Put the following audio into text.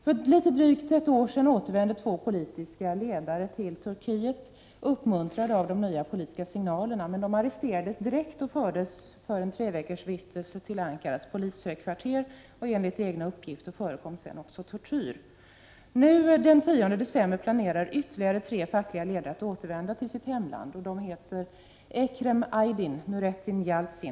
För litet drygt ett år sedan återvände två politiska ledare till Turkiet, uppmuntrade av de nya politiska signalerna, men de arresterades direkt och fördes för en tre veckors vistelse till Ankaras polishögkvarter. Enligt deras Prot. 1988/89:36 egna uppgifter förekom tortyr. 1 december 1988 Den 10 december planerar ytterligare tre fackliga ledare att återvända till Öm lämpligheten av dte sitt hemland. De heter Ekrem Aydin, Nurettin Yalcin och Nurettin Bediz.